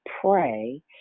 pray